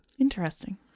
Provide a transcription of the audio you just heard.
interesting